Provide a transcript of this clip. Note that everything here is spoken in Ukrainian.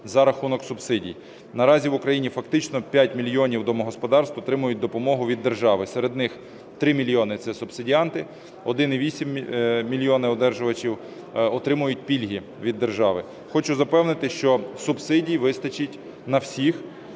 за рахунок субсидій. Наразі в Україні фактично 5 мільйонів домогосподарств отримують допомогу від держави. Серед них 3 мільйони – це субсидіанти, 1,8 мільйона одержувачів отримують пільги від держави. Хочу запевнити, що субсидій вистачить на всіх,